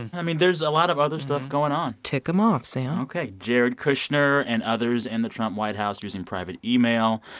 and i mean, there's a lot of other stuff going on tick them off, sam ok, jared kushner and others in the trump white house using private email,